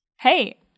Hey